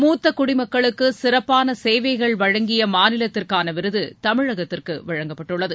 மூத்த குடிமக்களுக்கு சிறப்பான சேவைகள் வழங்கிய மாநிலத்திற்கான விருது தமிழகத்திற்கு வழங்கப்பட்டுள்ளது